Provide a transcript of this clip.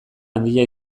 handia